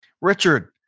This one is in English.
Richard